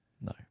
No